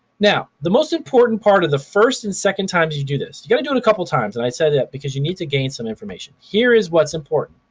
now, the most important part of the first and second times you do this, you gotta do it a couple times and i say that because you need to gain some information. here is what's important,